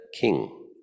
king